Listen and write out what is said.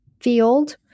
field